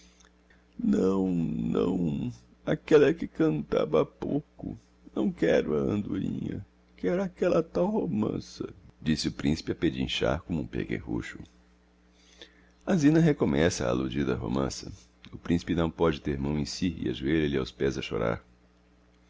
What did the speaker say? não não aquella que cantava ha pouco não quero a andorinha quero aquella tal romança disse o principe a pedinchar como um pequerrucho a zina recommeça a alludida romança o principe não pode ter mão em si e ajoelha lhe aos pés a chorar